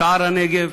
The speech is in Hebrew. שער-הנגב,